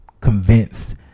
Convinced